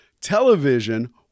Television